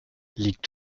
liegt